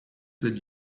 that